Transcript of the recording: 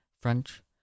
French